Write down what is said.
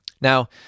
Now